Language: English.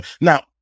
now